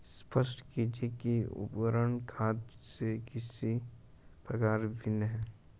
स्पष्ट कीजिए कि उर्वरक खाद से किस प्रकार भिन्न है?